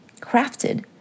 crafted